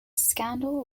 scandal